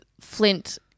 Flint